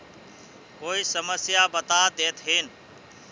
कोई समस्या बता देतहिन?